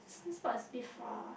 business park is a bit far